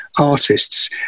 artists